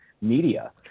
media